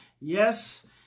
Yes